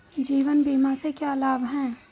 जीवन बीमा से क्या लाभ हैं?